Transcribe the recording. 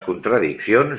contradiccions